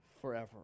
Forever